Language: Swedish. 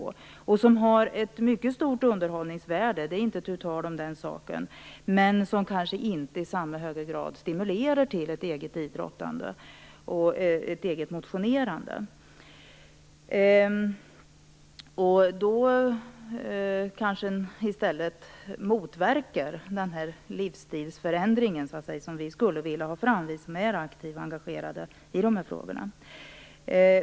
Det är inte tu tal om att de har ett mycket stort underhållningsvärde, men de kanske inte i samma höga grad stimulerar till ett eget idrottande och eget motionerande. Då kanske man i stället motverkar den livsstilsförändring som vi som är aktivt engagerade i de här frågorna skulle vilja få.